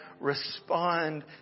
respond